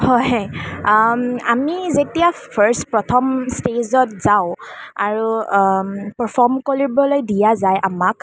হয় আমি যেতিয়া ফাৰ্ষ্ট প্ৰথম ষ্টেজত যাওঁ আৰু পাৰফৰ্ম কৰিবলৈ দিয়া যায় আমাক